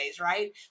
right